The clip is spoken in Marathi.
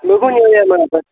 बघून येऊयात नंतर